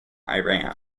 iran